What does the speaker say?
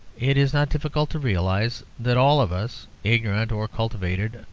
it is not difficult to realize that all of us, ignorant or cultivated,